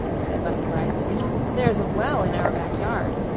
said button-bright there's a well in our back yard.